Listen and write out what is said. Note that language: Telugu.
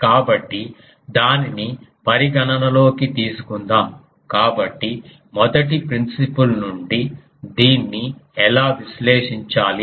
కాబట్టి దానిని పరిగణనలోకి తీసుకుందాం కాబట్టి మొదటి ప్రిన్సిఫుల్ నుండి దీన్ని ఎలా విశ్లేషించాలి